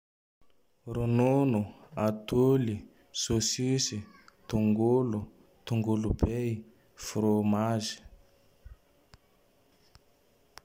Ronono, atoly, sôsisy, tongolo, tongolo bey, frômagy.